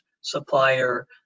supplier